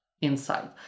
inside